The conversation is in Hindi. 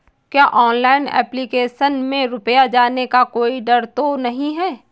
क्या ऑनलाइन एप्लीकेशन में रुपया जाने का कोई डर तो नही है?